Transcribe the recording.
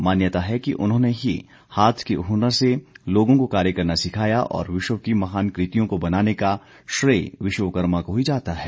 मान्यता है कि उन्होंने ही हाथ के हुनर से लोगों को कार्य करना सिखाया और विश्व की महान कृतियों को बनाने का श्रेय विश्वकर्मा को ही जाता है